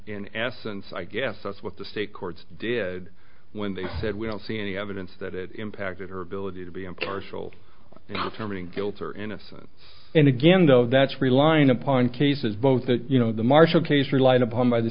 in essence i guess that's what the state courts did when they said we don't see any evidence that it impacted her ability to be impartial determining guilt or innocence and again though that's relying upon cases both the you know the marshall case relied upon by the